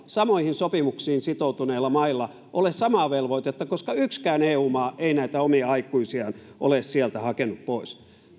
samoihin sopimuksiin sitoutuneilla mailla ole samaa velvoitetta koska yksikään eu maa ei näitä omia aikuisiaan ole sieltä hakenut pois